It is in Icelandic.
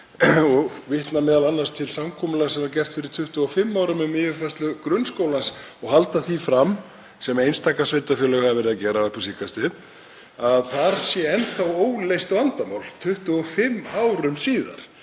og vitna m.a. til samkomulags sem var gert fyrir 25 árum um yfirfærslu grunnskólans og halda því fram, sem einstaka sveitarfélög hafa verið að gera upp á síðkastið, að þar sé enn óleyst vandamál, 25 árum síðar,